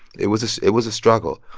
it was it was a struggle.